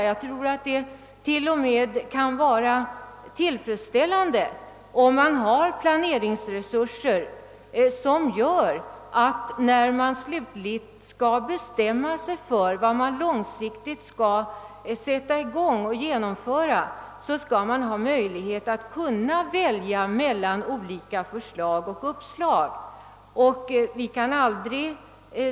Jag tror t.o.m. att det kan vara bra, om vi har planeringsresurser som gör att vi kan välja mellan olika förslag och projekt, när vi slutligt skall bestämma oss för vad vi långsiktigt skall igångsätta och genomföra.